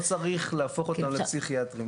לא צריך להפוך אותם לפסיכיאטרים.